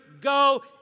go